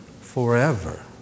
Forever